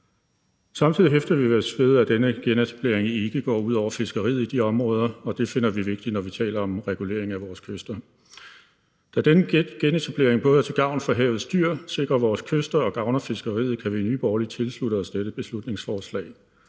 Samtidig hæfter vi os ved, at denne genetablering ikke går ud over fiskeriet i de områder, og det finder vi vigtigt, når vi taler om regulering af vores kyster. Da denne genetablering både er til gavn for havets dyr, sikrer vores kyster og gavner fiskeriet, kan vi i Nye Borgerlige tilslutte os dette beslutningsforslag.